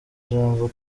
ijambo